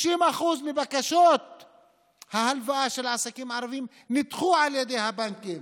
60% מבקשות ההלוואה של העסקים הערבים נדחו על ידי הבנקים,